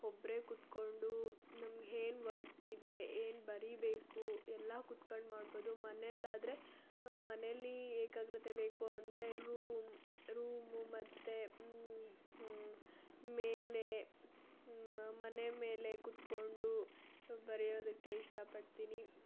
ಒಬ್ಬರೇ ಕುತ್ಕೊಂಡು ನಮ್ಗೆ ಏನ್ ವರ್ಕಿದೇ ಏನು ಬರೀಬೇಕು ಎಲ್ಲ ಕುತ್ಕಂಡು ಮಾಡ್ಬೌದು ಮನೇಲಿ ಆದರೆ ಮನೆಯಲ್ಲಿ ಏಕಾಗ್ರತೆ ಬೇಕು ಅಂದರೆ ರೂಮ್ ರೂಮು ಮತ್ತು ಮೇಲೆ ಮನೆ ಮೇಲೆ ಕುತ್ಕೊಂಡು ಬರೆಯೋದಕ್ಕೆ ಇಷ್ಟಪಡ್ತೀನಿ